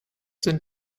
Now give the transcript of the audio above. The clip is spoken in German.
sind